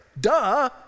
Duh